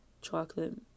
chocolate